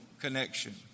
connection